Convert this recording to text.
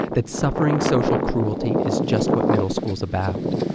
that suffering social cruelty is just what middle school's about.